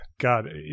God